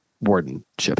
wardenship